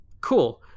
cool